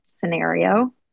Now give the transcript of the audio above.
scenario